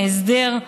להסדר,